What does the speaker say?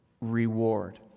reward